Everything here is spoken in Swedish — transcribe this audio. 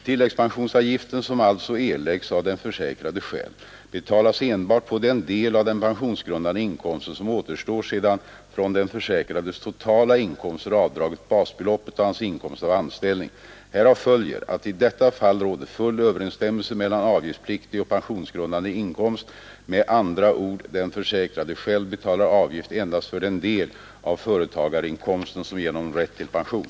Tilläggspensionsavgiften, som alltså erläggs av den försäkrade själv, betalas enbart på den del av den pensionsgrundande inkomsten som återstår sedan från den försäkrades totala inkomster avdragits basbeloppet och hans inkomst av anställning. Härav följer att i detta fall råder full överensstämmelse mellan avgiftspliktig och pensionsgrundande inkomst, med andra ord den försäkrade själv betalar avgift endast för den del av företagarinkomsten som ger honom rätt till pension.